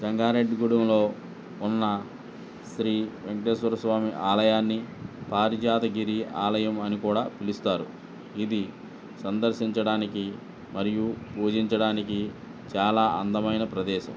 జంగారెడ్డి గూడెంలో ఉన్న శ్రీ వెంకటేశ్వరస్వామి ఆలయాన్ని పారిజాత గిరి ఆలయం అని కూడా పిలుస్తారు ఇది సందర్శించడానికి మరియు పూజించడానికి చాలా అందమైన ప్రదేశం